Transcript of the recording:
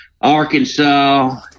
Arkansas